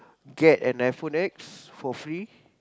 get an iPhone-X for free